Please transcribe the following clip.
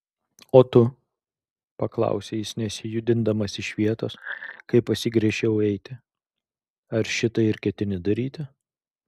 o tu paklausė jis nesijudindamas iš vietos kai pasigręžiau eiti ar šitai ir ketini daryti